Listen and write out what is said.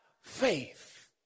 faith